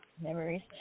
memories